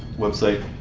website.